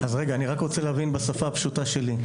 אז רגע, אני רק רוצה להבין בשפה הפשוטה שלי.